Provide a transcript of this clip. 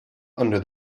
under